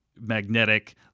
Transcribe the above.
magnetic